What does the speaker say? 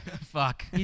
Fuck